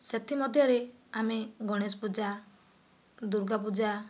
ସେଥିମଧ୍ୟରେ ଆମେ ଗଣେଶ ପୂଜା ଦୂର୍ଗା ପୂଜା